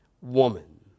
Woman